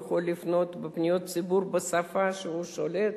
הוא יכול לפנות לפניות הציבור בשפה שהוא שולט,